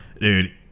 dude